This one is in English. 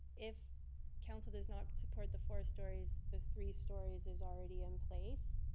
if council does not support the four stories, the three stories is already in place.